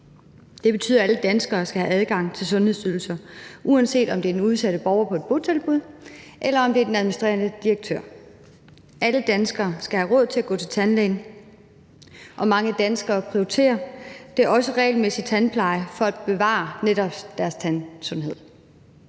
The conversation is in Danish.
Det betyder, at alle danskere skal have adgang til sundhedsydelser, uanset om det er den udsatte borger på et botilbud, eller det er den administrerende direktør. Alle danskere skal have råd til at gå til tandlægen, og mange danskere prioriterer da også regelmæssig tandpleje for at bevare netop deres tandsundhed.